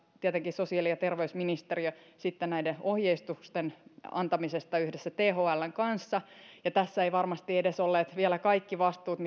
tietenkin sosiaali ja terveysministeriö sitten näiden ohjeistusten antamisesta yhdessä thln kanssa ja tässä mitä edellä luettelin eivät varmasti edes olleet vielä kaikki vastuut